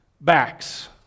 backs